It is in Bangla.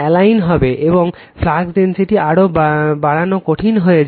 অ্যালাইন হবে এবং ফ্লাক্স ডেনসিটি আরও বাড়ানো কঠিন হয়ে যায়